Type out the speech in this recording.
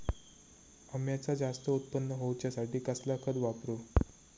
अम्याचा जास्त उत्पन्न होवचासाठी कसला खत वापरू?